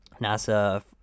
nasa